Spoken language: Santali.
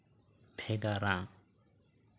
ᱵᱷᱮᱜᱟᱨᱟ